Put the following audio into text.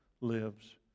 lives